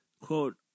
Quote